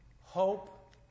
hope